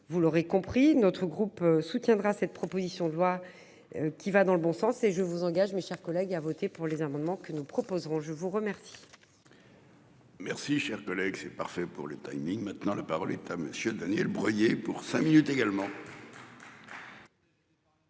Vous l'aurez compris, notre groupe soutiendra cette proposition de loi. Qui va dans le bon sens et je vous engage, mes chers collègues à voter pour les amendements que nous proposerons je vous remercie. Merci, cher collègue, c'est parfait pour le timing maintenant, la parole est à Monsieur Daniel Breuiller pour cinq minutes également.